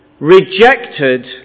Rejected